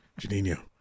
Janino